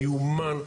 מיומן,